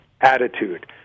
attitude